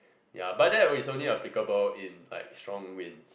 ya but that is only applicable in like strong wind